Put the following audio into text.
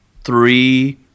three